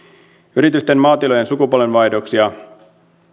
yritysten maatilojen sukupolvenvaihdoksia